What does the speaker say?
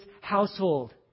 household